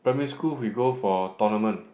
primary school we go for tournament